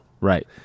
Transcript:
Right